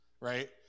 right